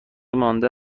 مانده